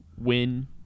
win –